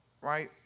Right